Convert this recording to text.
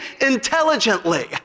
intelligently